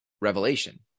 revelation